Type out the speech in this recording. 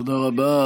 תודה רבה.